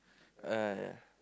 uh ya